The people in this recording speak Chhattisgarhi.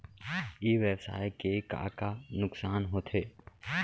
ई व्यवसाय के का का नुक़सान होथे?